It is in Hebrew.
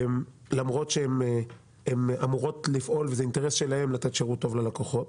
למרות שהן אמורות לפעול וזה אינטרס שלהן לתת שירות טוב ללקוחות,